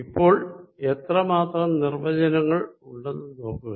ഇപ്പോൾ എത്ര മാത്രം നിർവ്വചനങ്ങൾ ഉണ്ടെന്നു നോക്കുക